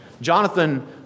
Jonathan